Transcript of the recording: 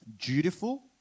Dutiful